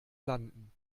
landen